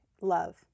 love